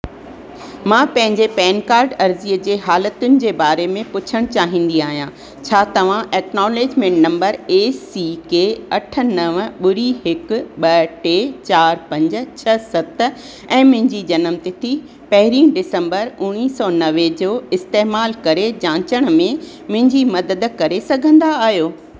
मां पंहिंजे PAN card अर्ज़ीअ जे हालतुनि जे बारे में पुछणु चाहींदी आहियां छा तव्हां acknowledgement number A C K अठ नवं ॿुड़ी हिकु ॿ टे चार पंज छह सत ऐं मुंहिंजी जनम तिथि पहिरीं डिसंम्बर उणिवीह सौ नवे जो इस्तेमाल करे जांचण में मुंहिंजी मदद करे सघंदा आहियो